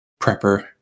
prepper